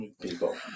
people